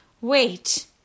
Wait